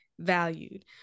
Valued